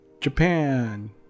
japan